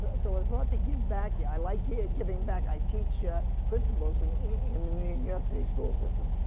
but so it's not to give back here. i like gi, ah giving back. i teach yeah principles in the, in the new york city school system.